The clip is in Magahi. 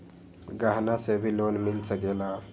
गहना से भी लोने मिल सकेला?